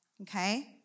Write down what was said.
Okay